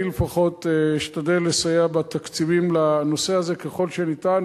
אני לפחות אשתדל לסייע בתקציבים לנושא הזה ככל שניתן,